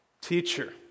teacher